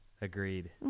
Agreed